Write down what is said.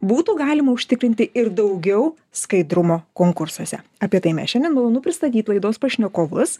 būtų galima užtikrinti ir daugiau skaidrumo konkursuose apie tai mes šiandien malonu pristatyt laidos pašnekovus